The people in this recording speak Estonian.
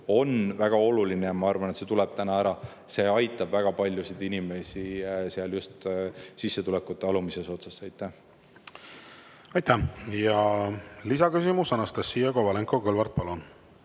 on väga oluline ja ma arvan, et see tuleb täna ära. See aitab väga paljusid inimesi just sissetulekute [tabeli] alumises otsas. Aitäh! Ja lisaküsimus, Anastassia Kovalenko-Kõlvart, palun!